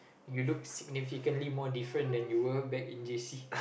you look significantly more different than you were back in j_c